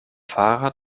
fahrer